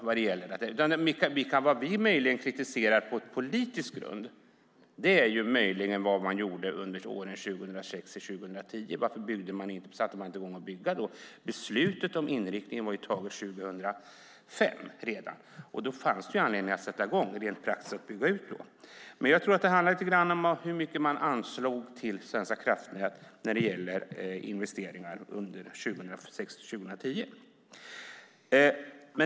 Vad vi möjligen kritiserar på politisk grund är vad man gjorde under åren 2006-2010. Varför satte man inte i gång byggandet då? Beslutet om inriktningen var taget redan 2005. Då fanns det anledning att sätta i gång rent praktiskt att bygga ut. Jag tror att det lite grann handlar om hur mycket man anslog till Svenska kraftnät när det gäller investeringar under 2006-2010.